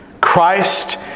Christ